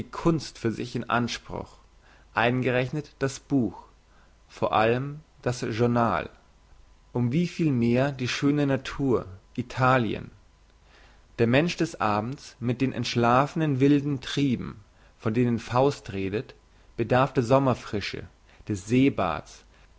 kunst für sich in anspruch eingerechnet das buch vor allem das journal um wie viel mehr die schöne natur italien der mensch des abends mit den entschlafenen wilden trieben von denen faust redet bedarf der sommerfrische des seebads